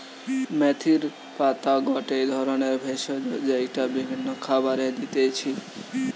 মেথির পাতা গটে ধরণের ভেষজ যেইটা বিভিন্ন খাবারে দিতেছি